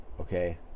okay